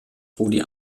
rudi